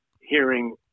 hearing